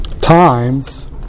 times